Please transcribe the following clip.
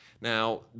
Now